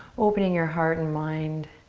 opening your heart and mind.